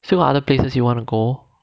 still got other places you want to go